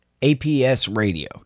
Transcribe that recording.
apsradio